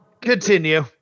Continue